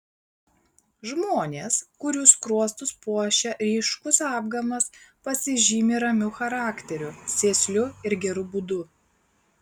žmonės kurių skruostus puošia ryškus apgamas pasižymi ramiu charakteriu sėsliu ir geru būdu